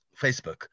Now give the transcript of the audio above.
facebook